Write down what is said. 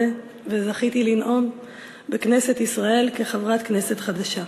וזכיתי לנאום בכנסת ישראל כחברת כנסת חדשה.